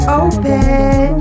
open